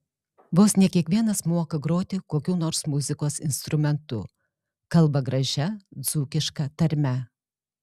vos ne kiekvienas moka groti kokiu nors muzikos instrumentu kalba gražia dzūkiška tarme